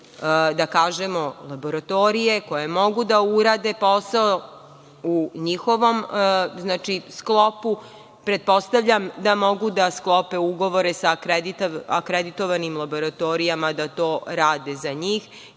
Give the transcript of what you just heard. da kažemo, laboratorije koje mogu da urade posao u njihovom sklopu, pretpostavljam da mogu da sklope ugovore sa akreditovanim laboratorijama da to rade za njih